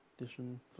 edition